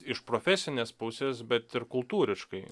iš profesinės pusės bet ir kultūriškai